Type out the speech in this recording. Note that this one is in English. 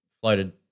floated